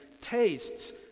tastes